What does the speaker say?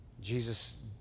Jesus